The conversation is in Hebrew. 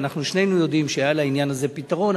ואנחנו שנינו יודעים שהיה לעניין הזה פתרון.